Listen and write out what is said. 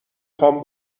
خوام